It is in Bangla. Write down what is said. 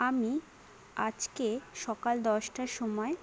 আমি আজকে সকাল দশটার সময়ে